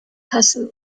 kassel